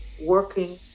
working